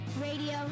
radio